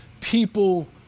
people